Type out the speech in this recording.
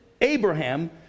Abraham